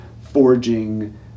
forging